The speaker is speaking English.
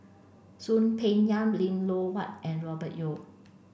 Soon Peng Yam Lim Loh Huat and Robert Yeo